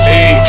Hey